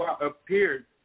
appeared